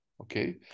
okay